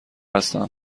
هستم